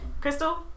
Crystal